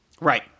Right